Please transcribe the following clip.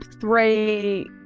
three